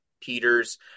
Peter's